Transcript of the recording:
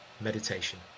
meditation